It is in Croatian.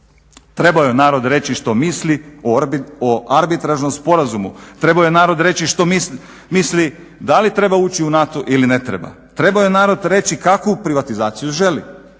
Trebao je narod reći što misli o arbitražnom sporazumu, trebao je narod reći što misli da li treba ući u NATO ili ne treba, trebao je narod reći kakvu privatizaciju želi,